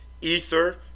Ether